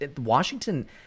Washington